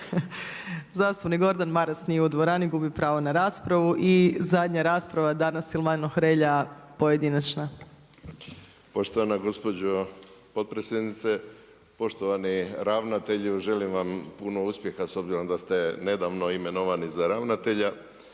Zastupnik Gordan Maras nije u dvorani, gubi pravo na raspravu, i zadnja rasprava danas Silvano Hrelja, pojedinačna. **Hrelja, Silvano (HSU)** Poštovana gospođo potpredsjednice, poštovani ravnatelju želim vam puno uspjeha s obzirom da ste nedavno imenovani za ravnatelja.